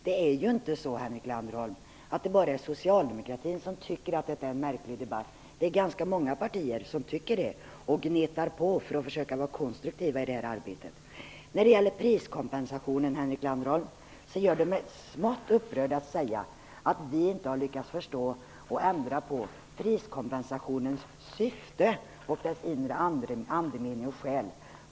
Det är ju inte så, Henrik Landerholm, att det bara är socialdemokratin som tycker att detta är en märklig debatt. Det är ganska många partier som tycker det och gnetar på för att försöka vara konstruktiva i det här arbetet. När det gäller priskompensationen, Henrik Landerholm, gör det mig smått upprörd att man säger att vi socialdemokrater inte har lyckats förstå och ändra på priskompensationens syfte och dess inre andemening och själ.